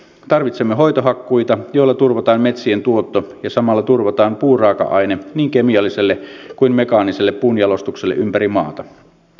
tarvitsemme hoitohakkuita joilla turvataan metsien tuotto ja samalla turvataan puuraaka aine niin kemialliselle kuin mekaaniselle puunjalostukselle ympäri maata